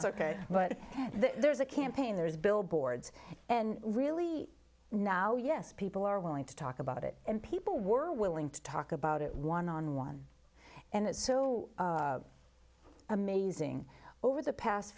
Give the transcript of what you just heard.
that's ok but there's a campaign there's billboards and really now yes people are willing to talk about it and people were willing to talk about it one on one and it's so amazing over the past